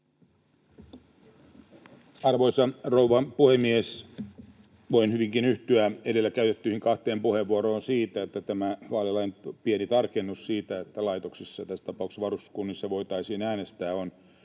Arvoisa rouva puhemies! Voin hyvinkin yhtyä edellä käytettyihin kahteen puheenvuoroon siinä, että tämä vaalilain pieni tarkennus siitä, että laitoksissa — tässä tapauksessa varuskunnissa — voitaisiin äänestää, on